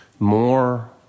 more